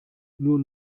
nur